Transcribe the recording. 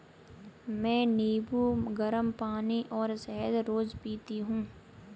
मैं नींबू, गरम पानी और शहद रोज पीती हूँ